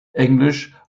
englisch